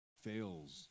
fails